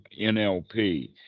NLP